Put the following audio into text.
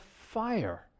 fire